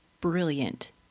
brilliant